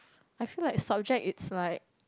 I feel like subject is like